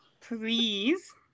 Please